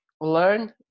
learn